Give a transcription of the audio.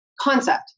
concept